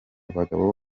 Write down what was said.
bagabo